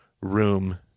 room